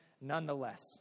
nonetheless